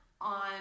on